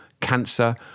cancer